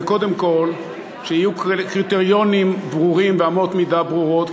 קודם כול שיהיו קריטריונים ברורים ואמות מידה ברורות,